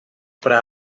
para